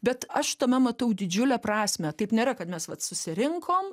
bet aš tame matau didžiulę prasmę taip nėra kad mes vat susirinkom